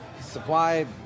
supply